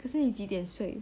可是你几点睡